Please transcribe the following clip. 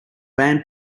band